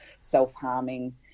self-harming